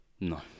No